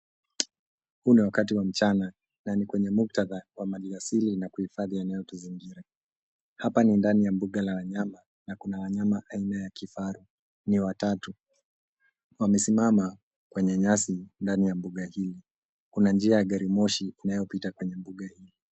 Huu ni wakati wa mchana na ni kwenye muktadha wa maliasili na kuhifadhi yanayotuzingira. Hapa ni ndani ya mbuga la wanyama na kuna wanyama aina ya kifaru, Ni watatu . Wamesimama kwenye nyasi ndani ya mbuga hili. Kuna njia ya gari moshi inayopita kwenye mbuga hili.